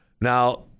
Now